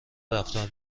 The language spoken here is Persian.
رفتار